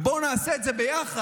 ובואו נעשה את זה ביחד,